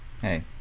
Hey